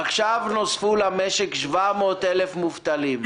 עכשיו נוספו למשק 700,000 מובטלים.